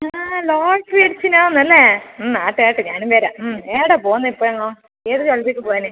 ആണോ ചിരിച്ചിനോ എന്ന് അല്ലേ ആകട്ടെ ആകട്ടെ ഞാനും വരാം എവിടെ പോന്ന് ഇപ്പോൾ ഇങൊ ഏത് ജ്വല്ലറിക്ക് പോകാൻ